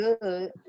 good